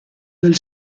del